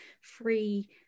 free